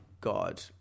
god